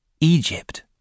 Egypt